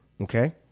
Okay